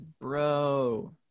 Bro